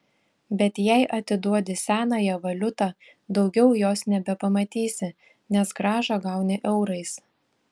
bet jei atiduodi senąją valiutą daugiau jos nebepamatysi nes grąžą gauni eurais